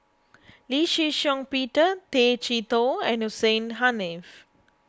Lee Shih Shiong Peter Tay Chee Toh and Hussein Haniff